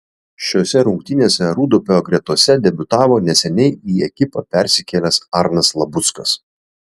šiose rungtynėse rūdupio gretose debiutavo neseniai į ekipą persikėlęs arnas labuckas